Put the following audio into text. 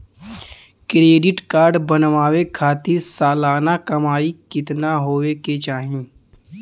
Credit card बनवावे खातिर सालाना कमाई कितना होए के चाही?